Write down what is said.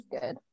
good